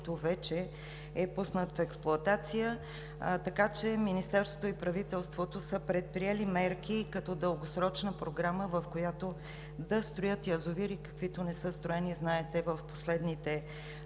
който вече е пуснат в експлоатация. Така че Министерството и правителството са предприели мерки като дългосрочна програма, в която да строят язовири, каквито, знаете, не са строени в последните сигурно